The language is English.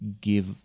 give